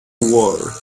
war